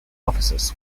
offices